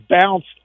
bounced